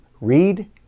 read